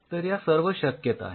तर या सर्व शक्यता आहेत